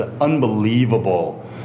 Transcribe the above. unbelievable